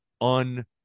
un